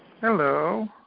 Hello